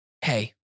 hey